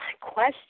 question